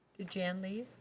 jan leave?